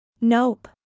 Nope